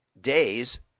days